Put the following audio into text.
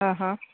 ಹಾಂ ಹಾಂ